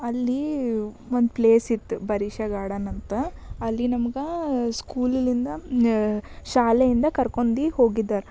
ಅಲ್ಲಿ ಒಂದು ಪ್ಲೇಸಿತ್ತು ಬರೀಷ ಗಾರ್ಡನ್ ಅಂತ ಅಲ್ಲಿ ನಮ್ಗೆ ಸ್ಕೂಲಲಿಂದ ಶಾಲೆಯಿಂದ ಕರ್ಕೊಂಡು ಹೋಗಿದ್ದರು